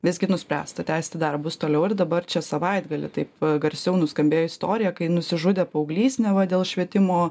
visgi nuspręsta tęsti darbus toliau ir dabar čia savaitgalį taip garsiau nuskambėjo istorija kai nusižudė paauglys neva dėl švietimo